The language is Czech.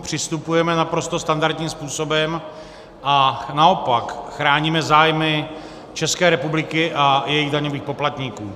Přistupujeme k tomu naprosto standardním způsobem a naopak chráníme zájmy České republiky a jejích daňových poplatníků.